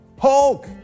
Hulk